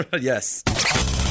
Yes